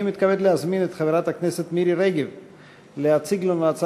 אני מתכבד להזמין את חברת הכנסת מירי רגב להציג לנו את